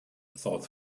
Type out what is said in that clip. thought